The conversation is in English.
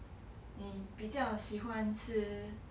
你比较喜欢吃